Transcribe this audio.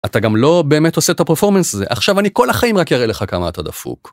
אתה גם לא באמת עושה את הפרפורמנס הזה עכשיו אני כל החיים רק אראה לך כמה אתה דפוק.